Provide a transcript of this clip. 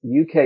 UK